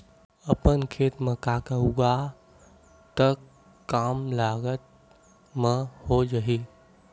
अपन खेत म का का उगांहु त कम लागत म हो जाही?